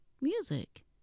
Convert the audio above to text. music